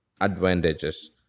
advantages